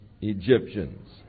Egyptians